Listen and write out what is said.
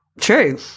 true